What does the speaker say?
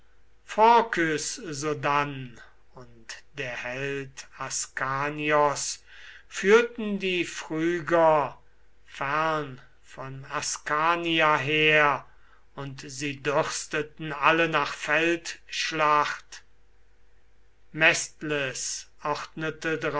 und der held askanios führten die phryger fern von askania her und sie dürsteten alle nach feldschlacht